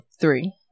three